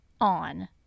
on